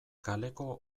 kaleko